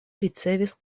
ricevis